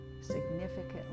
significantly